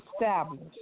established